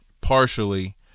partially